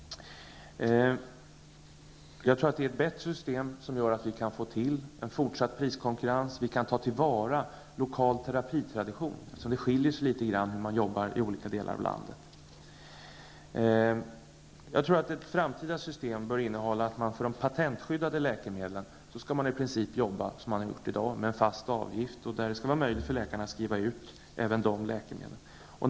Jag tror att det är ett bättre system som gör att vi kan få en fortsatt priskonkurrens. Vi kan då ta till vara också lokal terapitradition. Det skiljer sig litet i olika delar av landet. Jag tror att ett framtida system bör innehålla att man för de patentskyddade läkemedlen i princip skall jobba på samma sätt som i dag med en fast avgift. Det skall vara möjligt för läkare att skriva ut dessa läkemedel.